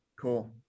Cool